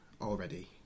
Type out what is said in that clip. already